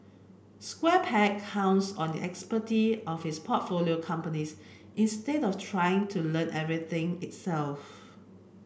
Square Peg counts on the expertise of its portfolio companies instead of trying to learn everything itself